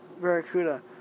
Barracuda